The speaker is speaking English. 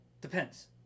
Depends